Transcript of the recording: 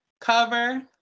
cover